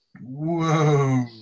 Whoa